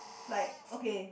like okay